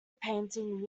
painting